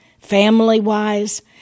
family-wise